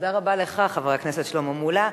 תודה רבה לך, חבר הכנסת שלמה מולה.